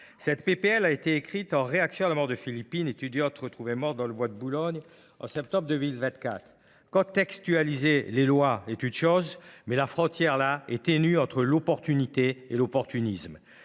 de loi a été rédigée en réaction à la mort de Philippine, étudiante retrouvée morte dans le bois de Boulogne en septembre 2024. Contextualiser les lois est une chose, mais la frontière est ténue entre l’opportunité et l’opportunisme.